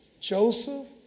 Joseph